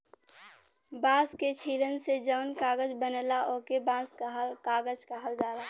बांस के छीलन से जौन कागज बनला ओके बांस कागज कहल जाला